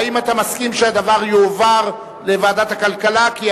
התש"ע 2010, לדיון מוקדם בוועדת הכלכלה נתקבלה.